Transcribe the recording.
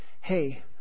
Hey